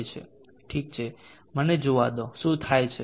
ઠીક છે મને જોવા દો શું થાય છે